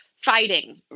fighting